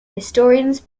historians